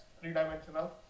three-dimensional